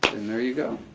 and there you go.